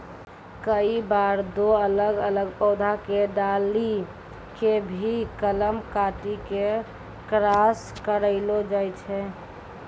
कई बार दो अलग अलग पौधा के डाली कॅ भी कलम काटी क क्रास करैलो जाय छै